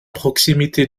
proximité